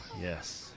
yes